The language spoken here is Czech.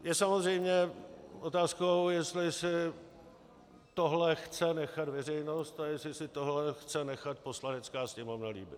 Je samozřejmě otázkou, jestli si tohle chce nechat veřejnost a jestli si tohle chce nechat Poslanecká sněmovna líbit.